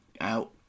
out